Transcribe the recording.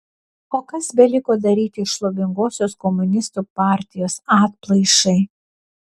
o kas beliko daryti šlovingosios komunistų partijos atplaišai